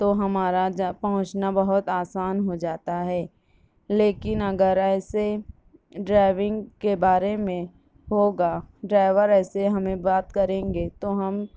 تو ہمارا جا پہنچنا بہت آسان ہو جاتا ہے لیکن اگر ایسے ڈرائیونگ کے بارے میں ہوگا ڈائیور ایسے ہمیں بات کریں گے تو ہم